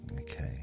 Okay